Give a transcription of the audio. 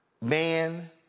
man